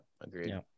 agreed